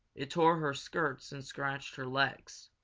it tore her skirts and scratched her legs.